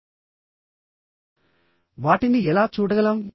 వాటిని ఎలా చూడగలం